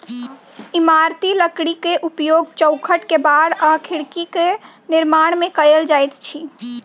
इमारती लकड़ीक उपयोग चौखैट, केबाड़ आ खिड़कीक निर्माण मे कयल जाइत अछि